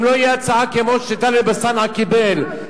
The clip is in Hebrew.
אם לא תהיה הצעה כמו שטלב אלסאנע קיבל,